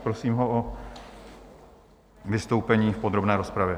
Prosím ho o vystoupení v podrobné rozpravě.